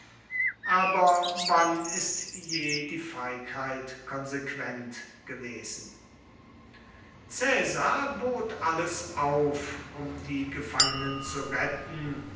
aber wann ist je die feigheit konsequent gewesen caesar bot alles auf um die gefangenen zu retten